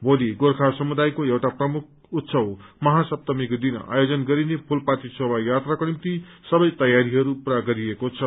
मोली गोर्खा समुदायको एउटा प्रमुख उत्सव सप्तमीको दिन आयोजन गरिने फूलपाती शोभा यात्राको निम्ति सबै तैयारीहरू पूरा गरिएको छ